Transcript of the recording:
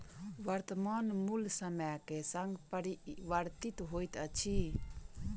वर्त्तमान मूल्य समय के संग परिवर्तित होइत अछि